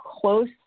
close